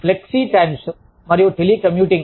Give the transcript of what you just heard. flexi times మరియు telecommuting